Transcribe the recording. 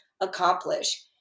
accomplish